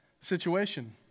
situation